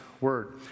word